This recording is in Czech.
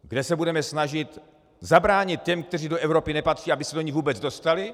Kde se budeme snažit zabránit těm, kteří do Evropy nepatří, aby se vůbec do ní dostali.